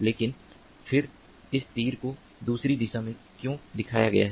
लेकिन फिर इस तीर को दूसरी दिशा में क्यों दिखाया गया है